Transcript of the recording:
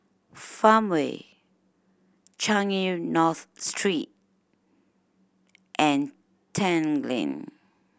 Farmway Changi North Street and Tanglin